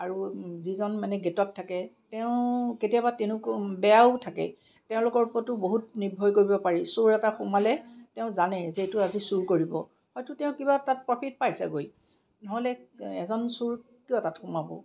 আৰু যিজন মানে গেটত থাকে তেওঁ কেতিয়াবা তেনে বেয়াও থাকে তেওঁলোকৰ ওপৰতো বহুত নিৰ্ভৰ কৰিব পাৰি চোৰ এটা সোমালে তেওঁ জানে যে এইটোয়ে আজি চোৰ কৰিব হয়তো তেওঁ তাত কিবা প্ৰপিট পায় চাগৈ নহ'লে এজন চোৰ কিয় তাত সোমাব